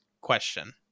question